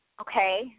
okay